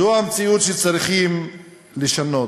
זו המציאות שצריכים לשנות.